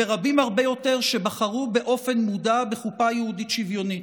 ורבים הרבה יותר שבחרו באופן מודע בחופה יהודית שוויונית: